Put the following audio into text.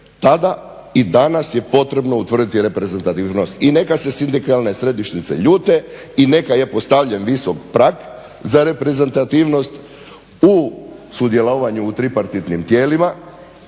tada i danas je potrebno utvrditi reprezentativnost, i neka se sindikalne središnjice ljute i neka je postavljen visok prag za reprezentativnost u sudjelovanju u tripartitnim tijelima